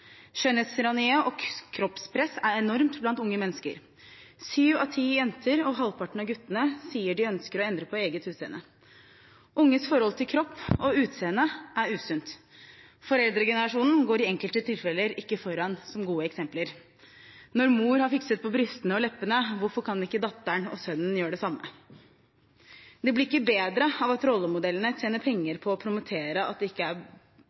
Skjønnhetstyranniet og kroppspresset er enormt blant unge mennesker. Syv av ti jenter og halvparten av guttene sier de ønsker å endre på eget utseende. Unges forhold til kropp og utseende er usunt. Foreldregenerasjonen går i enkelte tilfeller ikke foran som gode eksempler. Når mor har fikset på brystene og leppene, hvorfor kan ikke datteren og sønnen gjøre det samme? Og det blir ikke bedre av at rollemodellene tjener penger på å promotere at det ikke bare er